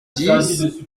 dix